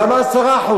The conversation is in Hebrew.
אז למה 10%?